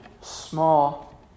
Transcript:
small